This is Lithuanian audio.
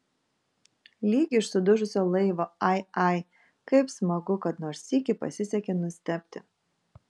lyg iš sudužusio laivo ai ai kaip smagu kad nors sykį pasisekė nustebti